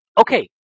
okay